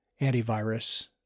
antivirus